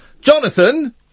Jonathan